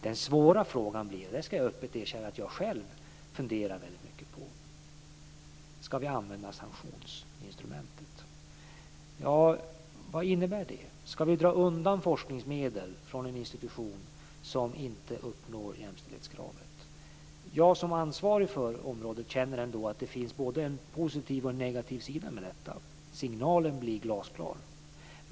Den svåra frågan blir, det ska jag öppet erkänna att jag själv funderar väldigt mycket på: Ska vi använda sanktionsinstrumentet? Vad innebär det? Ska vi dra undan forskningsmedel från en institution som inte uppnår jämställdhetskravet? Jag, som ansvarig för området, känner ändå att det finns både en positiv och en negativ sida med detta. Signalen blir glasklar.